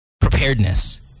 preparedness